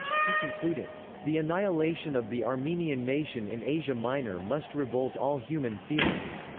he concluded the annihilation of the armenian nation in asia minor must revolt all human feelings.